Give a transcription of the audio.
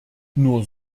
nur